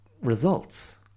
results